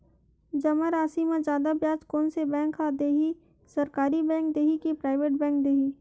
जमा राशि म जादा ब्याज कोन से बैंक ह दे ही, सरकारी बैंक दे हि कि प्राइवेट बैंक देहि?